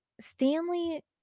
Stanley